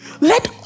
Let